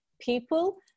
people